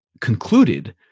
concluded